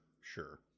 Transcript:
sure